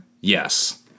Yes